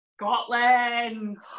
Scotland